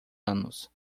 anos